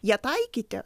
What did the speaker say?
ją taikyti